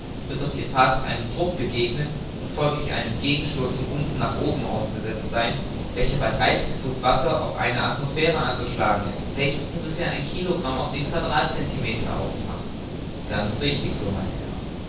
wird doch ihr fahrzeug einem druck begegnen und folglich einem gegenstoß von unten nach oben ausgesetzt sein welcher bei dreißig fuß wasser auf eine atmosphäre anzuschlagen ist welches ungefähr ein kilogramm auf den quadratcentimeter ausmacht ganz richtig so mein herr